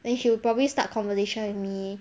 and she will probably start conversation with me